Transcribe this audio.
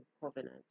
covenant